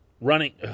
running